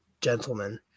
gentlemen